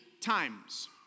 times